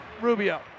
Rubio